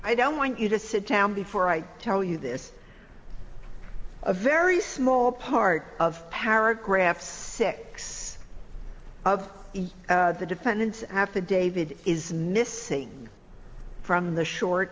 i don't want you to sit down before i tell you this a very small part of paragraph six of the defendant's affidavit is missing from the short